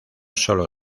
solo